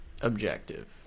objective